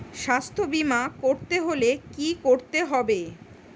স্বাস্থ্যবীমা করতে হলে কি করতে হবে?